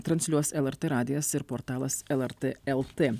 transliuos lrt radijas ir portalas lrt lt